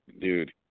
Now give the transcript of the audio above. dude